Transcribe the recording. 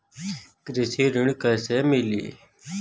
कृषि ऋण कैसे मिली?